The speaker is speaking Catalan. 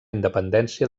independència